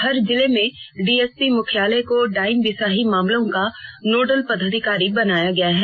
हर जिले में डीएसपी मुख्यालय को डायन बिसाही मामलों का नोडल पदाधिकारी बनाया गया है